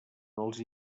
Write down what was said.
els